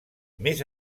més